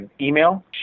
email